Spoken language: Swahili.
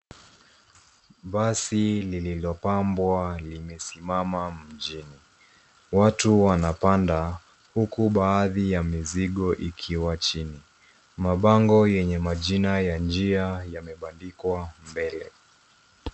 Basi lililopambwa limesimama mjini. Watu wanapanda huku baadhi ya mizigo yakiwa chini. Mabango yenye majina ya njia yamebandikwa mbele.